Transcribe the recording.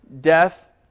death